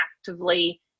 actively